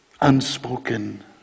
unspoken